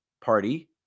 party